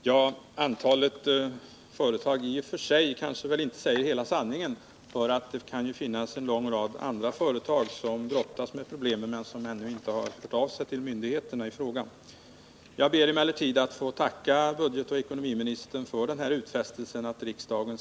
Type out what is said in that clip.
Granbarkborrens härjningar har varit ett svårt problem i norra Värmland under hela 1970-talet. Skadorna på skogen breder nu ut sig alltmer. Man kan utan vidare påstå att katastrof hotar. För att komma till rätta med problemen har röster höjts för att man skall kalhugga stora områden.